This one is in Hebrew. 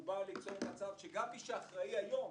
שגם מי שאחראי היום